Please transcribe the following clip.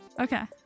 Okay